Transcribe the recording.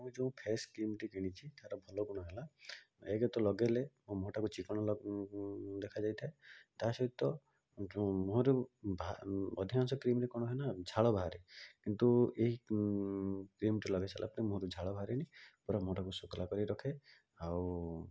ମୁଁ ଯୋଉ ଫେସ୍ କ୍ରିମ୍ଟି କିଣିଛି ତା'ର ଭଲ ଗୁଣ ହେଲା ଏକ୍ରେ ତ ଲଗେଇଲେ ମୋ ମୁହଁଟା କୁ ଚିକ୍କଣ ଦେଖାଯାଇଥାଏ ତା'ସହିତ ଯୋଉ ମୁହଁର ଅଧିକାଂଶ କ୍ରିମ୍ ରେ କ'ଣ ହୁଏ ନା ଝାଳ ବାହାରେ କିନ୍ତୁ ଏହି କ୍ରିମ୍ଟି ଲଗେଇ ସାରିଲା ପରେ ମୁହଁ ରୁ ଝାଳ ବାହାରେନି ପୁରା ମୁହଁ ଟା କୁ ଶୁଖିଲା କରି ରଖେ ଆଉ